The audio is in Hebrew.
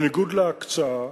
בניגוד להקצאה,